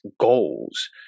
goals